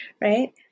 right